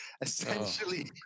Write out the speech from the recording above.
Essentially